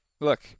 look